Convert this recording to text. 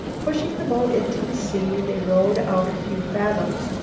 pushing the boat into the sea they rowed out a few fathoms,